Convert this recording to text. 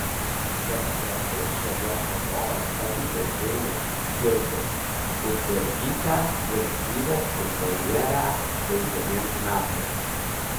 dekretu šalies vadovas pateikė seimui skirti budbergytę valstybės kontroliere penkeriems metams